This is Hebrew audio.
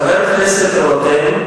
חבר הכנסת רותם,